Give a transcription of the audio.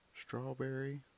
strawberry